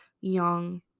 young